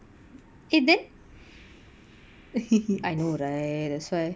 eh then I know right that's why